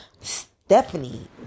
Stephanie